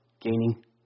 gaining